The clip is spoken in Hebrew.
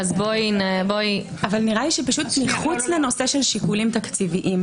נראה לי שמחוץ לנושא של שיקולים תקציביים,